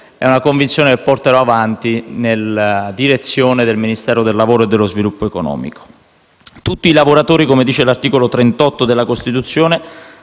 questa convinzione nella direzione del Ministero del lavoro e dello sviluppo economico. Tutti i lavoratori, come dice l'articolo 38 della Costituzione,